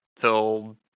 till